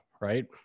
right